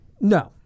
no